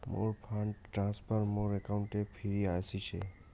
মোর fund transfer মোর অ্যাকাউন্টে ফিরি আশিসে